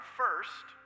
first